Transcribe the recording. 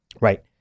right